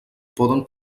poden